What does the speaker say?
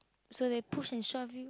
so they push and shove you